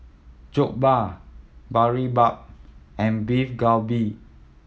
Jokbal Boribap and Beef Galbi